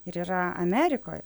ir yra amerikoj